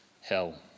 hell